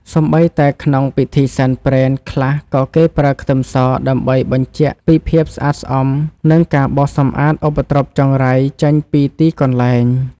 សូម្បីតែក្នុងពិធីសែនព្រេនខ្លះក៏គេប្រើខ្ទឹមសដើម្បីបញ្ជាក់ពីភាពស្អាតស្អំនិងការបោសសម្អាតឧបទ្រពចង្រៃចេញពីទីកន្លែង។